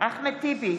אחמד טיבי,